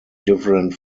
different